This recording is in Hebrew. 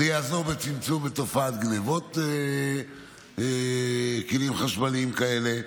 זה יעזור בצמצום תופעת גנבות כלים חשמליים כאלה.